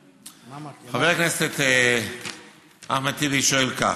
חבר הכנסת אחמד טיבי שואל כך: